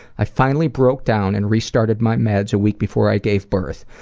i finally broke down and restarted my meds a week before i gave birth.